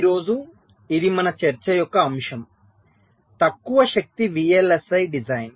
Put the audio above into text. ఈ రోజు ఇది మన చర్చ యొక్క అంశం తక్కువ శక్తి VLSI డిజైన్